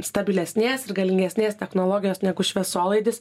stabilesnės ir galingesnės technologijos negu šviesolaidis